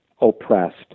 oppressed